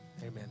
Amen